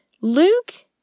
Luke